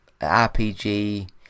RPG